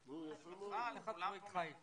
הוא בכלל עבד עם הסוכנות היהודית בעברו.